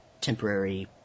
temporary